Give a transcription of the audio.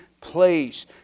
place